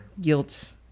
Guilt